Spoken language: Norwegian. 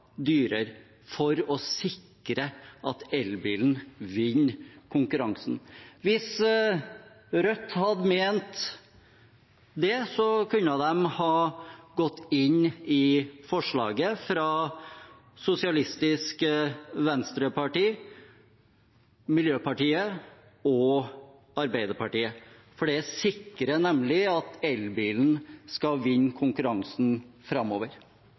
for å sikre at elbilen vinner konkurransen. Hvis Rødt hadde ment det, kunne de ha gått inn i forslaget fra Sosialistisk Venstreparti, Miljøpartiet De Grønne og Arbeiderpartiet, for det sikrer nemlig at elbilen skal vinne konkurransen framover.